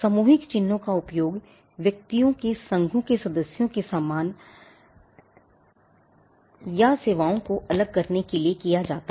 सामूहिक चिह्नों का उपयोग व्यक्तियों के संघ के सदस्यों के सामान या सेवाओं को अलग करने के लिए किया जाता है